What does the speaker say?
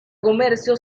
comercio